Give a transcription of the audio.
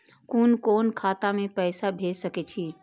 कुन कोण खाता में पैसा भेज सके छी?